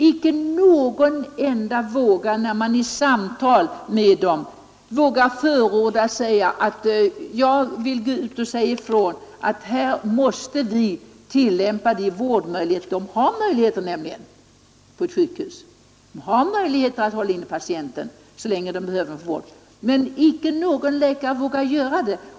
Ingen enda vågar, när man samtalar med dem, säga: Här måste vi tillämpa de vårdmöjligheter som finns. Det finns nämligen vårdmöjligheter på sjukhusen. Man har där möjlighet att hålla kvar patienten så länge som behövs för vård. Men ingen läkare vågar göra det.